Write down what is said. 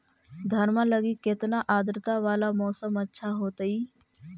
धनमा लगी केतना आद्रता वाला मौसम अच्छा होतई?